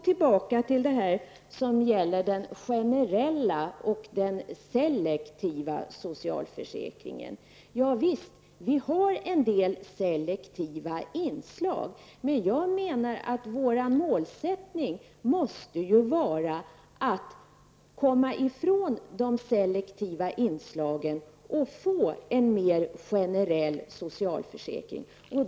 Tillbaka till den generella och den selektiva socialförsäkringen. Visst, vi har en del selektiva inslag, men jag menar att vårt mål måste vara att komma ifrån de selektiva inslagen och få en mer generell socialförsäkring.